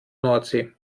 nordsee